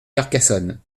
carcassonne